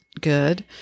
good